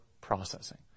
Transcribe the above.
processing